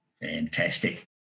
Fantastic